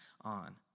on